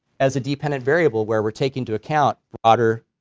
as a dependent variable where we're taking into account broader,